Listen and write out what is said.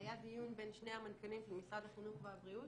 היה דיון בין שני המנכ"לים של משרד החינוך והבריאות.